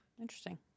Interesting